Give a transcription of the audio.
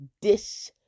dish